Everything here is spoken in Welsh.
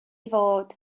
fod